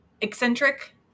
eccentric